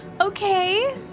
Okay